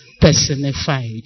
personified